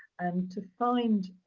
and to find